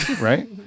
right